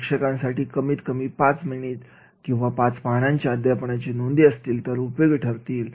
शिक्षकांसाठी कमीत कमी पाच पानांची अध्यापनाची नोंदी असतील तर उपयोगी ठरतील